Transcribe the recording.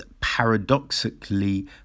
paradoxically